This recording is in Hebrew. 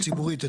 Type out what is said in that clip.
ציבורית,